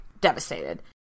devastated